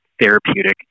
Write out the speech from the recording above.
therapeutic